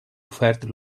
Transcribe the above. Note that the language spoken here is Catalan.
ofert